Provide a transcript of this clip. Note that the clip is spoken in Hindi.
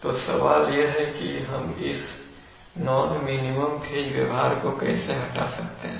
तो सवाल यह है कि हम इस नॉन मिनिमम फेज व्यवहार को कैसे हटा सकते हैं